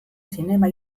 zinema